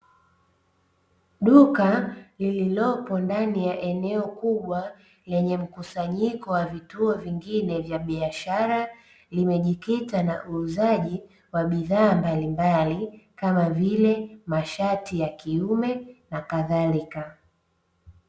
Duka lililopo ndani ya eneo kubwa lenye mkusanyiko wa vituo vingine vya biashara limejikita na uuzaji wa bidhaa mbalimbali kama vile: mashati ya kiume na kadhalika.